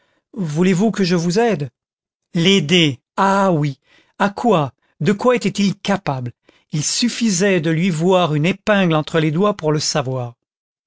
voulez-vous que je vous aide l'aider ah oui à quoi de quoi était-il capable il suffisait de lui voir une épingle entre les doigts pour le savoir